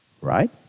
Right